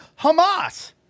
Hamas